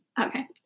okay